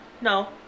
No